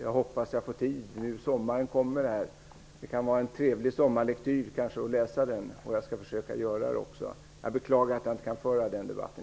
Jag hoppas att jag får tid till det under den sommar som kommer. Det kan kanske vara trevlig sommarlektyr att läsa den, och jag skall också försöka att göra det. Jag beklagar att jag inte kan föra den debatten,